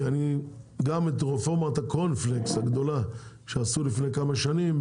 גם לגבי רפורמת הקורנפלקס הגדולה שעשו לפני כמה שנים,